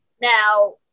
Now